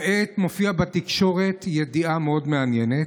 כעת מופיעה בתקשורת ידיעה מאוד מעניינת,